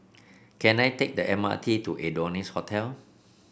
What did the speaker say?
can I take the M R T to Adonis Hotel